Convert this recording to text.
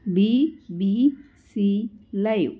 B B C live